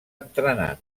entrenant